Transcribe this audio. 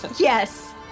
Yes